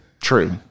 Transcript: True